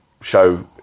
show